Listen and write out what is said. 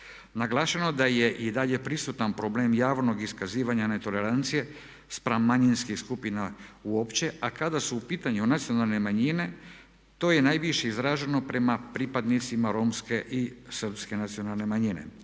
Naglašeno da je i dalje prisutan problem javnog iskazivanja netolerancije spram manjinskih skupina uopće, a kada su u pitanju nacionalne manjine to je najviše izraženo prema pripadnicima romske i srpske nacionalne manjine.